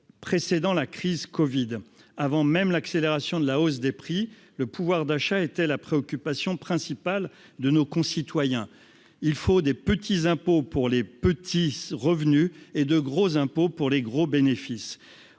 précédant la crise Covid avant même l'accélération de la hausse des prix, le pouvoir d'achat était la préoccupation principale de nos concitoyens, il faut des petits impôts pour les petits revenus et de grosses impôts pour les gros bénéfices